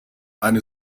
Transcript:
eine